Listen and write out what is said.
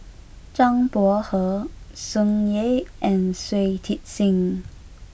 Zhang Bohe Tsung Yeh and Shui Tit Sing